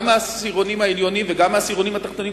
גם העשירונים העליונים וגם העשירונים התחתונים,